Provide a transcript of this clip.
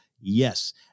Yes